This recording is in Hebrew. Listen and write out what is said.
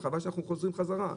חבל שאנחנו חוזרים חזרה.